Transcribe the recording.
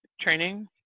training